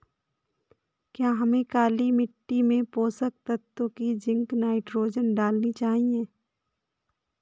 क्या हमें काली मिट्टी में पोषक तत्व की जिंक नाइट्रोजन डालनी चाहिए?